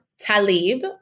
Talib